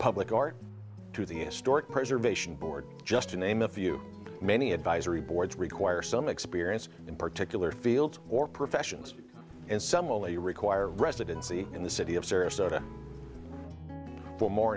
public art to the historic preservation board just to name a few many advisory boards require some experience in particular field or professions and some only require residency in the city of sarasota but more